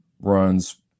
runs